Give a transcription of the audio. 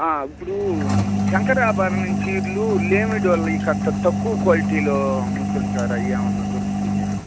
ఇప్పుడు శంకరాభరణం చీరెలు లేమి డొల్లయి కాస్త తక్కువ క్వాలిటీలో అమ్ముతుంటారు అవి ఏమైనా దొరుకుతాయా